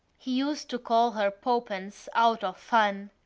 he used to call her poppens out of fun.